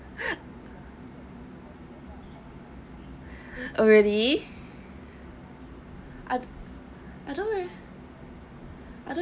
really I I don't I don't